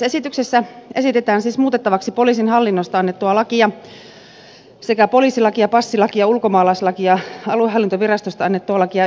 esityksessä esitetään siis muutettavaksi poliisin hallinnosta annettua lakia sekä poliisilakia passilakia ulkomaalaislakia aluehallintovirastosta annettua lakia ja yhdistyslakia